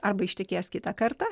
arba ištekės kitą kartą